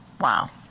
Wow